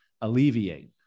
alleviate